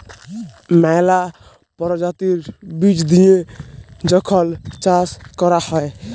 ম্যালা পরজাতির বীজ দিঁয়ে যখল চাষ ক্যরা হ্যয়